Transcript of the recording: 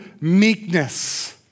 meekness